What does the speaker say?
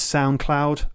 Soundcloud